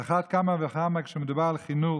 על אחת כמה וכמה כשמדובר על חינוך,